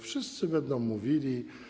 Wszyscy będą mówili.